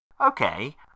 Okay